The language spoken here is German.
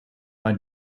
war